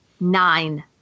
nine